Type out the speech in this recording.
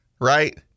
right